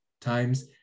times